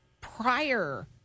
prior